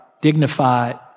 dignified